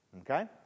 Okay